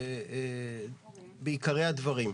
עיקרי הדברים: